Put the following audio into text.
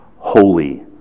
holy